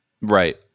Right